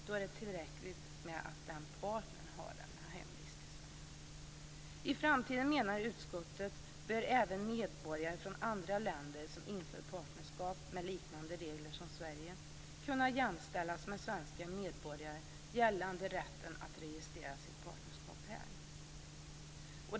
Då är det tillräckligt att partnern har hemvist i I framtiden, menar utskottet, bör även medborgare från andra länder som inför partnerskap med liknande regler som Sverige kunna jämställas med svenska medborgare gällande rätten att registrera sitt partnerskap här.